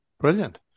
Brilliant